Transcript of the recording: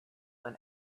than